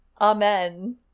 Amen